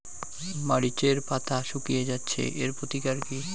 মরিচের পাতা শুকিয়ে যাচ্ছে এর প্রতিকার কি?